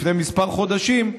לפני כמה חודשים,